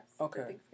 Okay